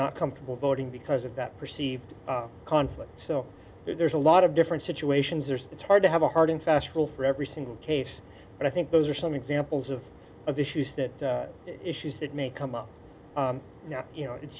not comfortable voting because of that perceived conflict so there's a lot of different situations or it's hard to have a hard and fast rule for every single case and i think those are some examples of of issues that issues that may come up you know it's